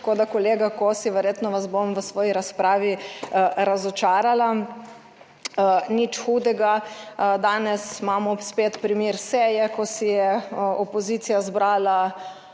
tako, da kolega Kosi, verjetno vas bom v svoji razpravi razočarala. Nič hudega. Danes imamo spet primer seje, ko si je opozicija izbrala